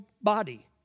body